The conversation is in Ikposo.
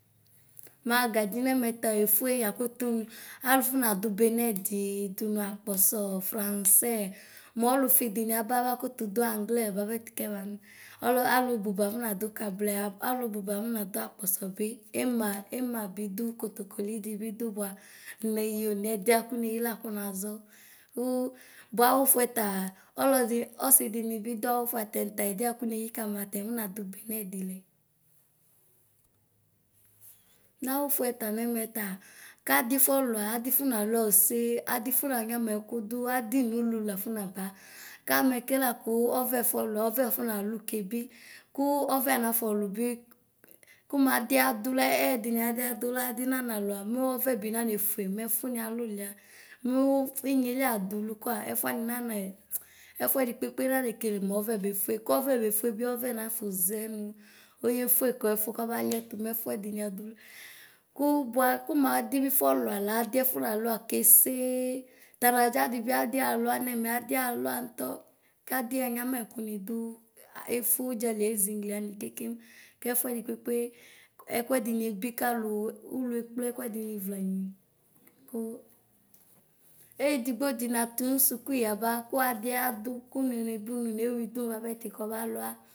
Magadzi nɛmɛ ta yeƒue yakʋtʋ alʋ fɔnafʋ benɛdi dʋnʋ akpɔsɔ nʋ fransɛ mʋɔlʋƒi dini aba abakʋtʋ dʋ anglɛ bʋapɛ kɛbanu ɔlɛ alububa akɔnadʋ kaδlɛ alʋ bʋba akɔ nadʋ akpɔsɔ bi ema ema bidʋ kotokoli di bidʋ bʋa neyi one ɛdiakʋ neyi lakʋ nazɔ kʋ bʋa awʋƒʋɛ ta ɔlɔdi ɔsidini bidʋ awɛƒʋɛ atanita ɛdiɛ kʋneyi kamatɛ atani aƒɔnatʋ benɛ benɛni lɛ nawʋƒʋɛ ta nɛmɛta kadi ƒɔlʋa adi ƒɔnalʋa ose adiƒɔna myama ɛkʋdʋ dʋ adi nʋlʋ nʋlʋ laƒɔnaba kamɛ ke lakʋ ɔvɛ ƒɔlʋ ɔvɛ ƒɔnalʋ kebi kʋ ɔvɛ naƒɔ lʋbi kʋmadi adʋlɛ ɛdini adʋ adʋla adi nanalʋa ɔvɛ bi naneƒʋe mɛ ɛƒʋ ni alʋlua mʋ ʃnyeli adʋlʋ kwa ɛƒʋ wani nane ɛƒʋɛdi kpekpe nanekele mʋ ɔvɛ beƒʋe kɔvɛ beƒʋebi naƒozenʋ oyeƒue kɛƒʋ kɔbaliɛtʋ mɛƒʋɛ dini adʋlʋ kʋ bʋa kʋmʋ adibi ƒɔlʋa la adi ƒɔnalʋa kesee tanadza dibi adi alua nɛmɛ adialʋa ntɔ kadi anyama ɛkʋni dʋ eƒo ʋdzali aye ʒingli wani kekem kɛƒʋɛni kpekpe ɛkʋɛdini ebi kalʋ ʋlʋ ekpe ɛkʋɛdini ʋlanyi kʋ eyedigbo di natʋ nʋ sʋkʋ yaba kʋ adi adʋ kʋ nɔne bʋnʋ newi ʋdʋnʋ bʋapɛ ti kɔba lua.